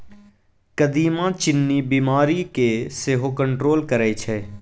कदीमा चीन्नी बीमारी केँ सेहो कंट्रोल करय छै